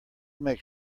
make